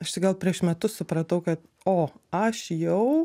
aš tik gal prieš metus supratau kad o aš jau